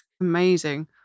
Amazing